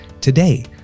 Today